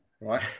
right